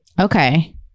Okay